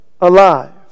alive